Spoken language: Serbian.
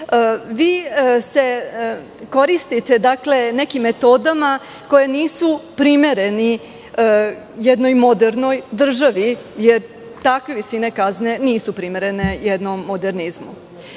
vi se koristite nekim metodama koje nisu primerene jednoj modernoj državi, jer takve visine kazne nisu primerene jednom